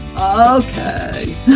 Okay